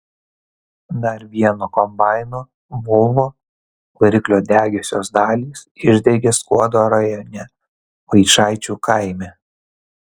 dar vieno kombaino volvo variklio degiosios dalys išdegė skuodo rajone vaičaičių kaime